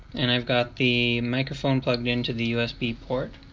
and i've got the microphone plugged into the usb port,